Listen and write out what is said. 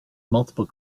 multiple